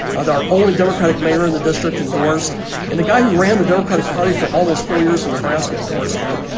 ah our only democratic mayor in the district endorsed and the guy who ran the democratic party for almost four years in nebraska, endorsed me.